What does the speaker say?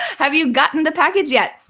have you gotten the package yet?